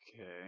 Okay